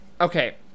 Okay